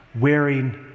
wearing